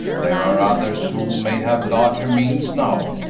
there are others who may have larger means now,